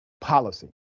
policy